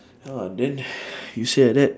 !wah! then you say like that